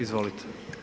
Izvolite.